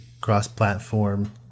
cross-platform